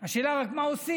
השאלה היא רק מה עושים.